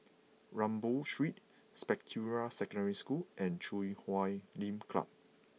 Rambau Street Spectra Secondary School and Chui Huay Lim Club